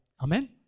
Amen